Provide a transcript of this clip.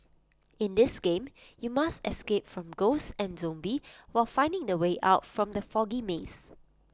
in this game you must escape from ghosts and zombies while finding the way out from the foggy maze